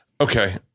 okay